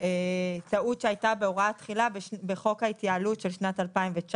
טעות שהייתה בהוראת התחילה בחוק ההתייעלות של שנת 2019,